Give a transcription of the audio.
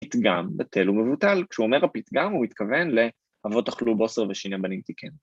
פתגם בטל ומבוטל. כשהוא אומר הפתגם, הוא מתכוון לאבות אכלו בושר ושני בנים תקהנה